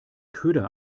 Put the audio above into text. köder